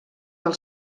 del